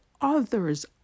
others